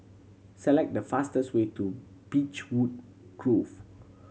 select the fastest way to Beechwood Grove